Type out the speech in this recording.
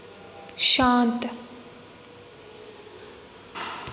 शांत